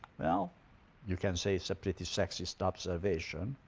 well you can say it's a pretty sexist observation,